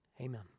Amen